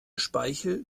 speichel